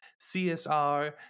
CSR